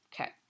okay